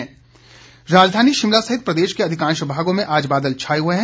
मौसम राजधानी शिमला सहित प्रदेश के अधिकांश भागों में आज बादल छाए हुए हैं